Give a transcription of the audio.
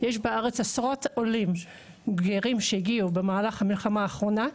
יש בארץ עשרות עולים גרים שהגיעו במהלך המלחמה האחרונה,